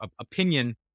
opinion